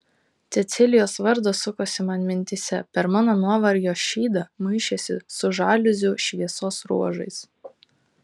cecilijos vardas sukosi man mintyse per mano nuovargio šydą maišėsi su žaliuzių šviesos ruožais